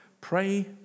pray